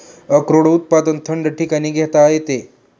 अक्रोड उत्पादन थंड ठिकाणी घेता येते